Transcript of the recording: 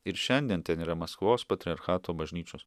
ir šiandien ten yra maskvos patriarchato bažnyčios